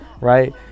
Right